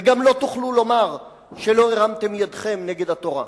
וגם לא תוכלו לומר שלא הרמתם ידכם נגד התורה.